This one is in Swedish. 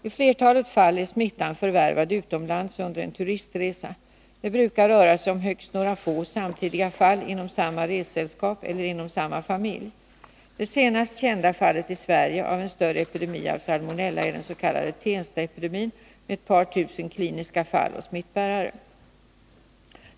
I flertalet fall är smittan förvärvad utomlands under en turistresa. Det brukar röra sig om högst några få samtidiga fall inom samma ressällskap eller inom samma familj. Det senast kända fallet i Sverige av en större epidemi av salmonella är den s.k. Tenstaepidemin med ett par tusen kliniska fall och smittbärare.